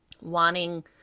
wanting